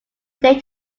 day